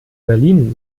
berlin